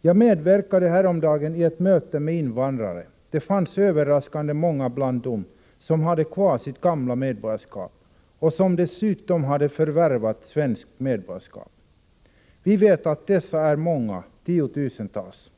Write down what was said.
Jag medverkade häromdagen i ett möte med invandrare. Det fanns överraskande många bland dem som hade kvar sitt gamla medborgarskap och som dessutom hade förvärvat svenskt medborgarskap. Vi vet att dessa är många — tiotusentals.